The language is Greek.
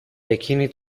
εκείνη